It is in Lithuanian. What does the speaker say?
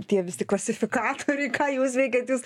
tie visi klasifikatoriai ką jūs veikiat jūs